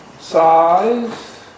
size